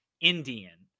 Indian